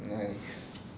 nice